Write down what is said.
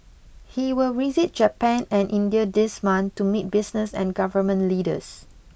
he will visit Japan and India this month to meet business and government leaders